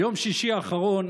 ביום שישי האחרון